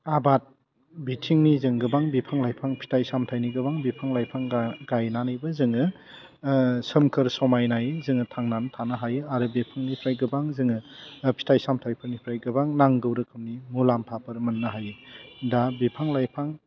आबाद बिथिंनि जों गोबां बिफां लाइफां फिथाइ सामथायनि गोबां बिफां लाइफां दा गायनानैबो जोङो सोमखोर समायनायै जोङो थांनानै थानो हायो आरो बिफांनिफ्राय गोबां जोङो फिथाइ सामथायफोरनिफ्राय गोबां नांगौ रोखोमनि मुलाम्फाफोर मोन्नो हायो दा बिफां लाइफां